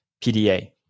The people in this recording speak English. PDA